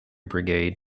brigade